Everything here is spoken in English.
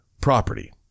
property